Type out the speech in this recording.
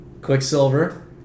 Quicksilver